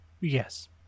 Yes